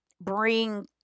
bring